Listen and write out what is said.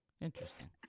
interesting